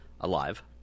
alive